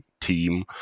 team